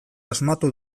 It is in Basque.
asmatu